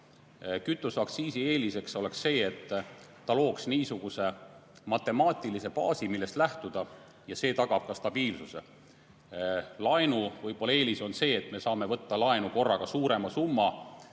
Kütuseaktsiisi eeliseks oleks see, et ta looks matemaatilise baasi, millest lähtuda, ja see tagaks ka stabiilsuse. Laenu eelis võib-olla on see, et me saame võtta laenu korraga suurema summa